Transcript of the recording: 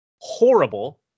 horrible